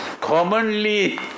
commonly